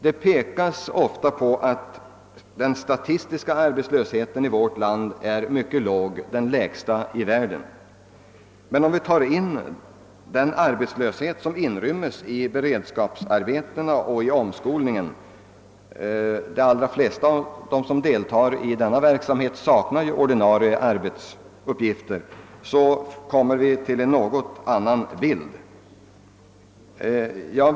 Det pekas ofta på att den statistiska arbetslösheten i vårt land är mycket låg, den lägsta i världen. Men om man räknar med den arbetslöshet som inryms i beredskapsarbetena och i omskolningen — de allra flesta av dem som deltar i denna verksamhet saknar ju ordinarie arbetsuppgifter — får vi en något annorlunda bild.